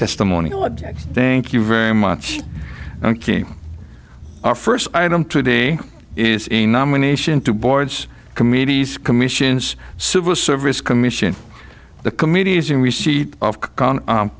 testimony thank you very much our first item today is a nomination to boards committees commissions civil service commission the committees in receipt of